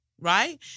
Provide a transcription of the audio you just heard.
right